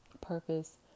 purpose